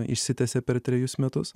išsitęsia per trejus metus